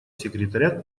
секретаря